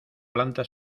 planta